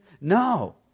No